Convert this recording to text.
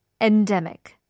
endemic